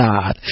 God